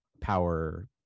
power